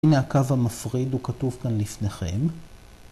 ‫הנה הקו המפריד, ‫הוא כתוב כאן לפניכם.